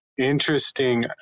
Interesting